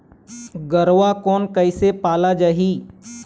गरवा कोन कइसे पाला जाही?